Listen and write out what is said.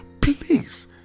please